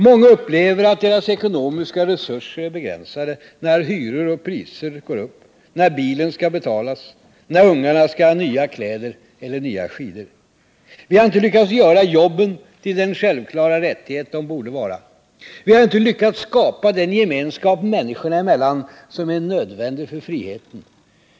Många upplever att deras ekonomiska resurser är begränsade när hyror och priser går upp, när bilen skall betalas, när ungarna skall ha nya kläder eller nya skidor. Vi har inte lyckats göra jobben till den självklara rättighet de borde vara. Vi har inte lyckats skapa den gemenskap människorna emellan som är nödvändig för friheten.